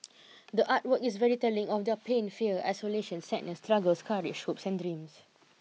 the art work is very telling of their pain fear isolation sadness struggles courage hopes and dreams